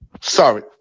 Sorry